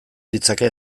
ditzake